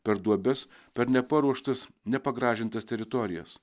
per duobes per neparuoštas nepagražintas teritorijas